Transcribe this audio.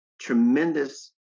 tremendous